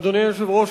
אדוני היושב-ראש,